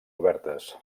obertes